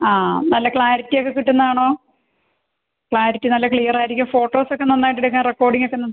ആ നല്ല ക്ലാരിറ്റി ഒക്കെ കിട്ടുന്നതാണോ ക്ലാരിറ്റി നല്ല ക്ലിയർ ആയിരിക്കും ഫോട്ടോസ് ഒക്കെ നന്നായിട്ട് എടുക്കാൻ റെക്കോർഡിങ്ങ് ഒക്കെ